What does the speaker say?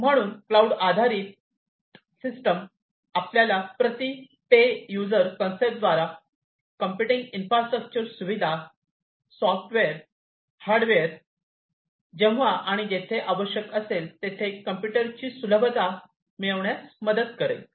म्हणून क्लाउड आधारित सिस्टम आपल्याला प्रति पे यूझर कन्सेप्टद्वारे कम्प्युटिंग इन्फ्रास्ट्रक्चर सुविधा सॉफ्टवेअर हार्डवेअर जेव्हा आणि जेथे आवश्यक असेल तेथे कम्प्युटरची सुलभता मिळविण्यास मदत करेल